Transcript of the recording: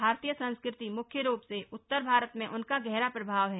भारतीय संस्कृति मुख्य रूप से उत्तर भारत में उनका गहरा प्रभा व है